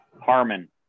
Harmon